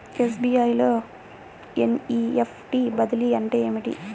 SBI లో NEFT బదిలీ అంటే ఏమిటి?